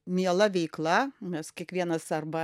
miela veikla mes kiekvienas arba